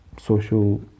social